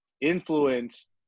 influence